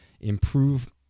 improve